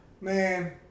man